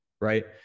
right